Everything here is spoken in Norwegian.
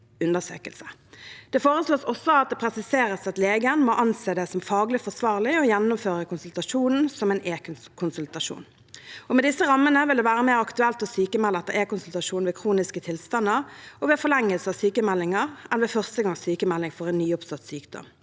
Det foreslås også at det presiseres at legen må anse det som faglig forsvarlig å gjennomføre konsultasjonen som en e-konsultasjon. Med disse rammene vil det være mer aktuelt å sykmelde etter e-konsultasjon ved kroniske tilstander og ved forlengelse av sykmeldinger enn ved førstegangs sykmelding for en nyoppstått sykdom.